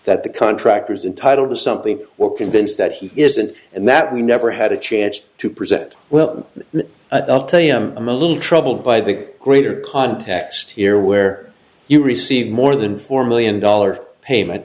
that the contractors entitle to something were convinced that he isn't and that we never had a chance to present well i'll tell you i'm a little troubled by the greater context here where you received more than four million dollars payment